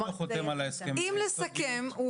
אם לסכם,